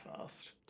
fast